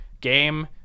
game